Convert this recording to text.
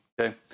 okay